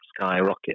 skyrocket